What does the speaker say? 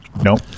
Nope